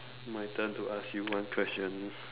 my turn to ask you one question